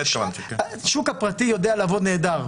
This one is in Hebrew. השוק הפרטי יודע לעבוד נהדר.